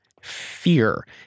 fear